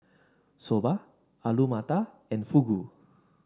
Soba Alu Matar and Fugu